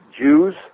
Jews